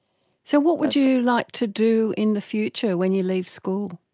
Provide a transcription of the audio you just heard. so what would you like to do in the future when you leave school?